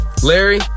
Larry